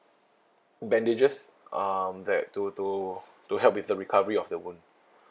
bandages um that to to to help with the recovery of the wound